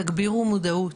תגבירו מודעות.